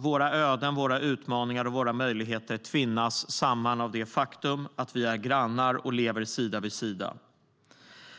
Våra öden, utmaningar och möjligheter tvinnas samman av det faktum att vi är grannar och lever sida vid sida.